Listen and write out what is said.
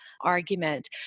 argument